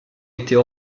était